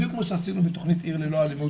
בדיוק כמו שעשינו בתוכנית: עיר ללא אלימות,